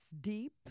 deep